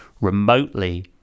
remotely